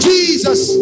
Jesus